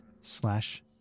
slash